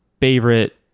favorite